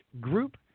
group